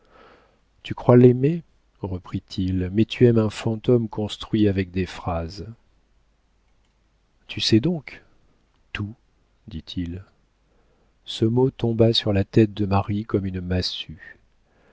tu crois l'aimer reprit-il mais tu aimes un fantôme construit avec des phrases tu sais donc tout dit-il ce mot tomba sur la tête de marie comme une massue